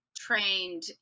trained